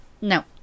no